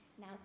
Now